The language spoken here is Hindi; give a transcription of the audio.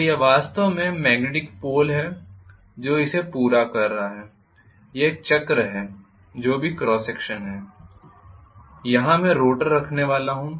तो यह वास्तव में मॅग्नेटिक पोल है जो इसे पूरा कर रहा है यह एक चक्र है जो भी क्रॉस सेक्शन है यहां मैं रोटर रखने वाला हूं